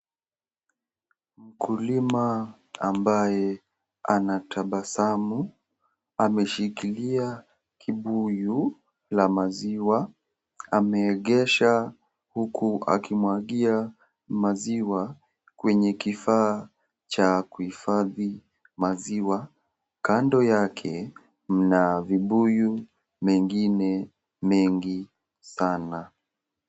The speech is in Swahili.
Mkulima ambaye anatabasamu ameshikilia kibuyu ya maziwa ameegesha huku akimwagia maziwa kwenye kifaa cha kuhifadhi maziwa, kando yake kuna vibuyu mengine mengi sana.